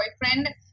boyfriend